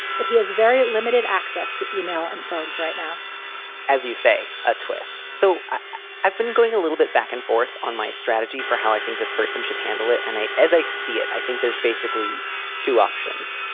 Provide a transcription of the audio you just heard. but he has very limited access to email and phones right now as you say, a twist. so i've been going a little bit back and forth on my strategy for how i think this person should handle it. and as i see it, i think there's basically two options,